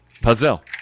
Puzzle